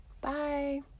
Bye